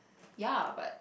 ya but